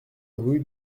rue